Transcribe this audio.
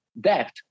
debt